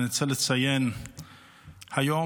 אני רוצה לציין שהיום,